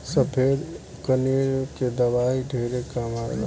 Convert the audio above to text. सफ़ेद कनेर के दवाई ढेरे काम आवेल